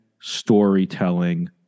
storytelling